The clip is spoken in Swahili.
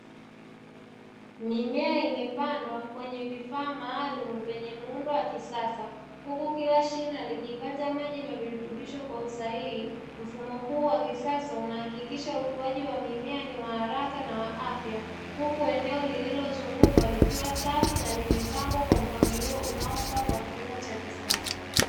Mimea imepandwa kwenye vifaa maalumu vyenye muundo wa kisasa huku kila shina likipata maji na virutubisho kwa usahihi. Mfumo huu wa kisasa unahakikisha ukuaji wa mimea ni wa haraka na wa afya, huku eneo lililozungukwa likiwa safi na limepangwa kwa mpangilio unaofaa kwa kilimo cha kisasa.